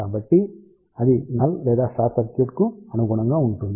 కాబట్టి అది నల్ లేదా షార్ట్ సర్క్యూట్కు అనుగుణంగా ఉంటుంది